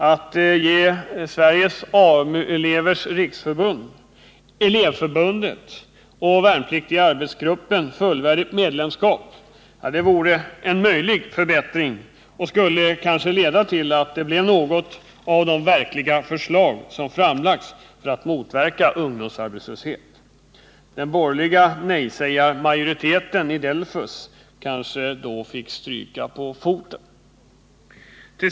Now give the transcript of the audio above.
Att ge Sveriges AMU-elevers riksförbund, Elevförbundet och Värnpliktiga arbetsgruppen fullvärdigt medlemskap vore en möjlig förbättring, och det skulle kanske leda till att det blev något av de verkliga förslag för att motverka ungdomsarbetslösheten som har framlagts. Den borgerliga nejsägarmajoriteten i DELFUS kanske då fick stryka på foten.